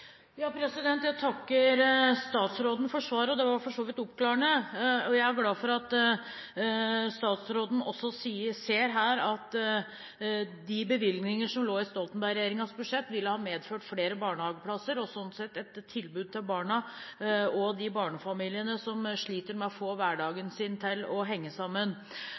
Jeg takker statsråden for svaret, og det var for så vidt oppklarende. Jeg er glad for at statsråden også ser at de bevilgninger som lå i Stoltenberg-regjeringens budsjett, ville ha medført flere barnehageplasser, og sånn sett et tilbud til barna og de barnefamiliene som sliter med å få hverdagen sin til å henge sammen.